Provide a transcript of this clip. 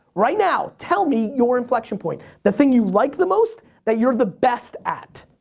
right now tell me your inflection point. the thing you like the most that you're the best at.